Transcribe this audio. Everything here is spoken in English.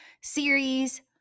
series